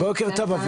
בוקר טוב.